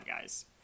guys